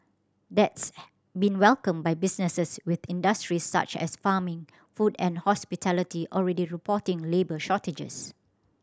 that's been welcomed by businesses with industries such as farming food and hospitality already reporting labour shortages